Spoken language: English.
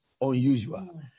unusual